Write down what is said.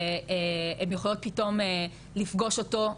שהן יכולות פתאום לפגוש אותו,